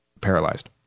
paralyzed